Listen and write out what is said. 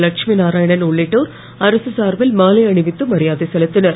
லட்சுமி நாராயணன் உள்ளிட்டோர் அரக சார்பில் மாலை அணிவித்து மரியாதை செலுத்தினர்